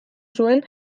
zuen